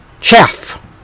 Chaff